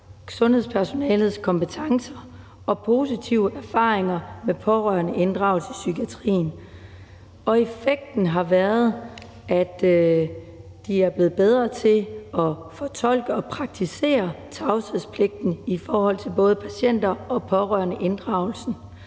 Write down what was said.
sundhedspersonalets kompetencer og positive erfaringer med pårørendeinddragelse i psykiatrien. Effekten har været, at de er blevet bedre til at fortolke og praktisere tavshedspligten i forhold til både patienter og pårørendeinddragelsen.